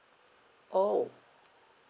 orh